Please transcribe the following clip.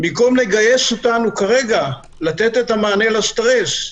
במקום לגייס אותנו עכשיו לתת מענה לסטרס.